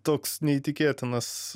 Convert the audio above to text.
toks neįtikėtinas